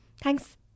thanks